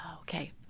Okay